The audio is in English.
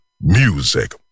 Music